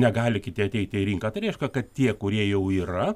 negali kiti ateiti į rinką tai reiškia kad tie kurie jau yra